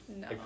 no